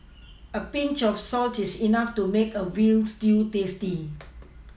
a Pinch of salt is enough to make a veal stew tasty